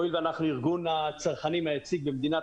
הואיל ואנחנו ארגון הצרכנים היציג במדינת